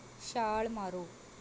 ਛਾਲ਼ ਮਾਰੋ